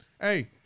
Hey